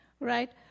right